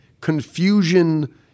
confusion